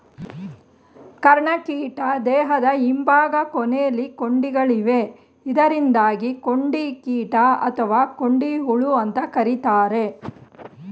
ಕರ್ಣಕೀಟ ದೇಹದ ಹಿಂಭಾಗ ಕೊನೆಲಿ ಕೊಂಡಿಗಳಿವೆ ಇದರಿಂದಾಗಿ ಕೊಂಡಿಕೀಟ ಅಥವಾ ಕೊಂಡಿಹುಳು ಅಂತ ಕರೀತಾರೆ